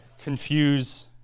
confuse